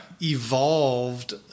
evolved